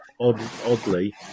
oddly